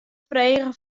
frege